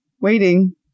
waiting